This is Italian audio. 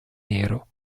nero